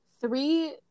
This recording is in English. three